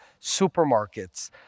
Supermarkets